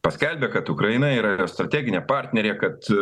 paskelbė kad ukraina yra jos strateginė partnerė kad